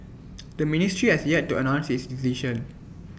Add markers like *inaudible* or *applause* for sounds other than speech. *noise* the ministry has yet to announce its decision